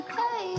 hey